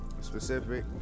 specific